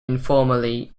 informally